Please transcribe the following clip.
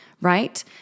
right